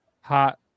hot